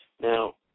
Now